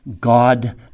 God